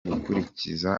gukurikiza